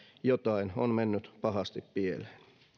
jotain on mennyt pahasti pieleen